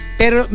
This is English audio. pero